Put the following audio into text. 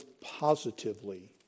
positively